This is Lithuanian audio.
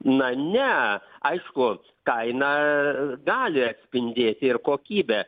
na ne aišku kaina gali atspindėti ir kokybę